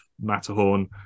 Matterhorn